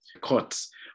courts